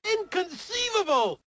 Inconceivable